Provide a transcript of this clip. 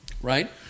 right